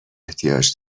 احتیاج